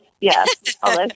Yes